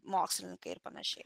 mokslininkai ir panašiai